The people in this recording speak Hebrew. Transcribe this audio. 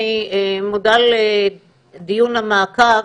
אני מודה לדיון המעקב,